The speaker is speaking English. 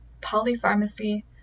polypharmacy